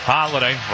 Holiday